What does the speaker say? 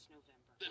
November